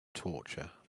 torture